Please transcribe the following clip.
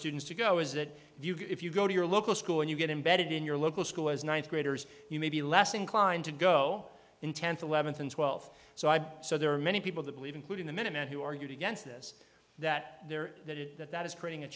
students to go is that if you go to your local school and you get embedded in your local school as ninth graders you may be less inclined to go in tenth eleventh and twelfth so i so there are many people that believe including the minutemen who argued against this that there that it that that is creating a